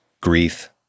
grief